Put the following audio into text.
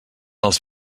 els